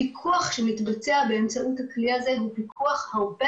הפיקוח שמתבצע באמצעות הכלי הזה הוא פיקוח הרבה